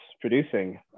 producing